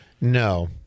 No